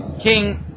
King